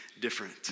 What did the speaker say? different